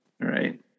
right